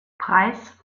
preis